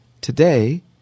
today